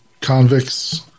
convicts